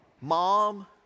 mom